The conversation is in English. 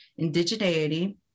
indigeneity